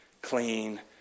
Clean